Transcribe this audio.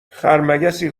خرمگسی